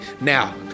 Now